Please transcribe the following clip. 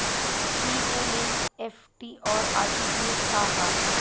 ई एन.ई.एफ.टी और आर.टी.जी.एस का ह?